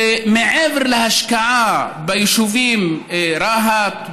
ומעבר להשקעה ביישובים רהט,